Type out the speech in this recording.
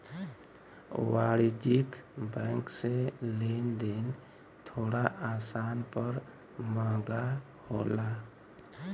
वाणिज्यिक बैंक से लेन देन थोड़ा आसान पर महंगा होला